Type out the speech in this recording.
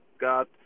got